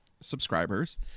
subscribers